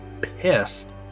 pissed